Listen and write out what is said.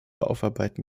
aufarbeiten